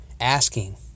Asking